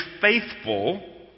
faithful